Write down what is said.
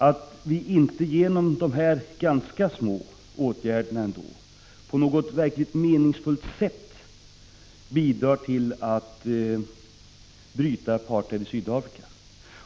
Att vi inte genom de här åtgärderna når vårt avsedda syfte, dvs. verkningsfullt bidrar till att bryta apartheid i Sydafrika.